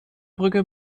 brücke